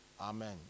Amen